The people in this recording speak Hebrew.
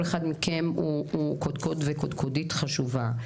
כל אחד מכם הוא קודקוד וקודקודית חשובה.